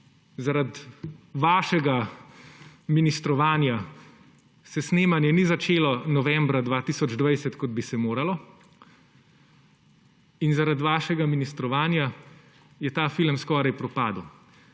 zaradi vašega ministrovanja se snemanje ni začelo novembra 2020, kot bi se moralo, in zaradi vašega ministrovanja je ta film skoraj propadel.